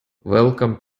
welcome